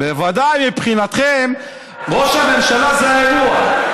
בוודאי מבחינתכם ראש הממשלה, זה האירוע.